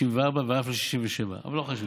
ל-64 ואף ל-67, אבל לא חשוב.